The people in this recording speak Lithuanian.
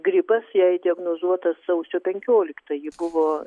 gripas jai diagnozuotas sausio penkioliktą ji buvo